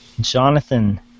Jonathan